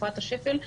בתקופת השפל,